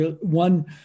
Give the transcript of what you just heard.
one